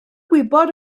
gwybod